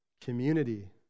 Community